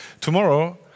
Tomorrow